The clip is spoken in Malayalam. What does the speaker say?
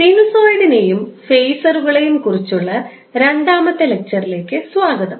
സിനുസോയിഡിനെയും ഫേസറുകളെയും കുറിച്ചുള്ള രണ്ടാമത്തെ ലക്ചറിലേക്ക് സ്വാഗതം